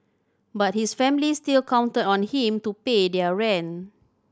but his family still counted on him to pay their rent